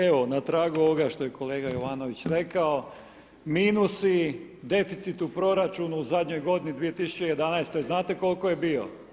Evo, na tragu ovoga što je kolega Jovanović rekao, minusi, deficit u proračunu u zadnjoj godini 2011. znate koliko je bio?